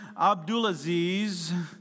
Abdulaziz